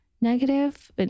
negative